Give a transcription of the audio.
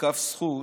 בכף זכות,